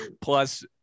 plus